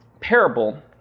parable